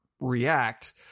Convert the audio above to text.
react